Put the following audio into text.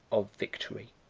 of victory.